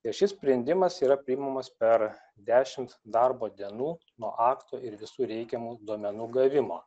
ir šis sprendimas yra priimamas per dešimt darbo dienų nuo akto ir visų reikiamų duomenų gavimo